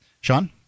Sean